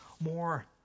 more